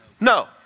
No